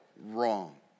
wrong